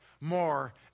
more